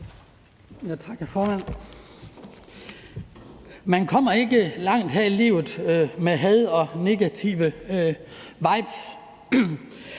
Man kommer ikke langt her i livet med had og negative vibes,